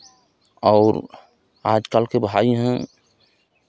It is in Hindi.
और आज कल के भाई हैं